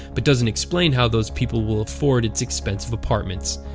but doesn't explain how those people will afford its expensive apartments.